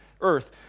earth